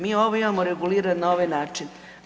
Mi ovo imamo regulirano na ovaj način.